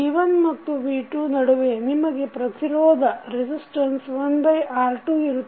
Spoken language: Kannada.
V1 ಮತ್ತು V2 ನಡುವೆ ನಿಮಗೆ ಪ್ರತಿರೋಧ 1 R2 ಇರುತ್ತದೆ